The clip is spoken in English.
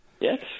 Yes